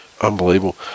unbelievable